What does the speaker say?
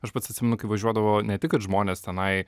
aš pats atsimenu kai važiuodavo ne tik kad žmonės tenai